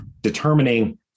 determining